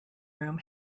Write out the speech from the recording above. room